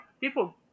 People